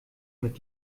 mit